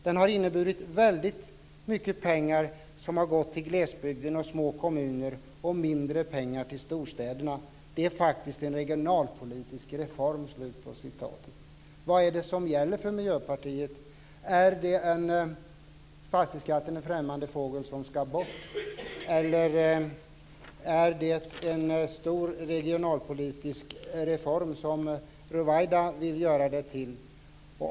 Den har inneburit väldigt mycket mer pengar till glesbygd och små kommuner och mindre pengar till storstäderna. Det är faktiskt en regionalpolitisk reform." Vad är det som gäller för miljöpartiet? Är fastighetsskatten en främmande fågel som ska bort? Eller är den en stor regionalpolitisk reform, som Ruwaida vill göra den till?